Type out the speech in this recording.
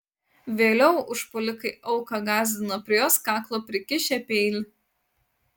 vėliau užpuolikai auką gąsdino prie jos kaklo prikišę peilį